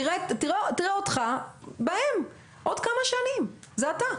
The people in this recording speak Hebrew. תראה אותך בהם בעוד כמה שנים, זה אתה.